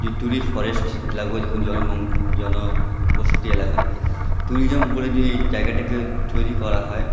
এই ফরেস্ট লাগোয়া যখন জনবসতি এলাকা টুরিজম বলে যদি জায়গাটাকে তৈরি করা হয়